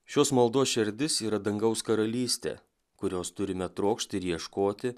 šios maldos šerdis yra dangaus karalystė kurios turime trokšti ir ieškoti